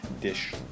dish